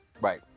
Right